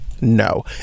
no